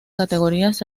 categorías